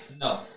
No